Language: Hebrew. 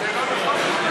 זה לא נכון,